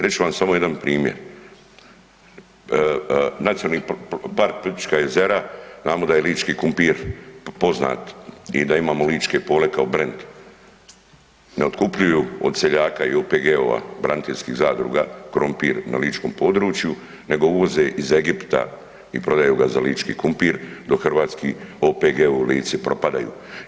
Reću vam samo jedan primjer, NP Plitvička jezera, znamo da je lički kumpir poznat i da imamo ličke pole kao brend, ne otkupljuju od seljaka i OPG-ova, braniteljskih zadruga krompir na ličkom području nego uvoze iz Egipta i prodaju ga za lički kumpir dok hrvatski OPG-ovi u Lici propadaju.